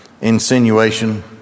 insinuation